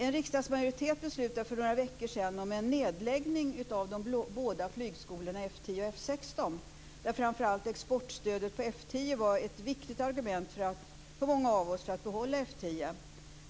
En riksdagsmajoritet beslutade för några veckor sedan om en nedläggning av de båda flygskolorna F 10 och F 16 där framför allt exportstödet för F 10 var ett viktigt argument för många av oss för att behålla F 10.